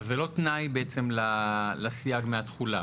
אבל זה לא תנאי, בעצם, לסייג מהתכולה.